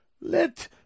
let